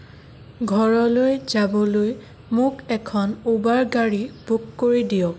ঘৰলৈ যাবলৈ মোক এখন উবাৰ গাড়ী বুক কৰি দিয়ক